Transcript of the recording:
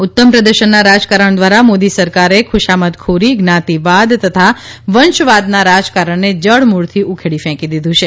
ઉત્તમ પ્રદર્શનના રાજકારણ દ્વારા મોદી સરકારે ખુશામતખોરી જ્ઞાતિવાદ તથા વંશવાદના રાજકારણને જડમૂળથી ઉખાડીને ફેંકી દીધું છે